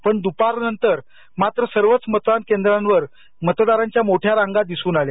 पण दूपारनंतर मात्र सर्वच मतदान केंद्रांवर मतदारांच्या मोठ्या रांगा दिसून आल्या